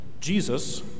Jesus